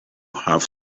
have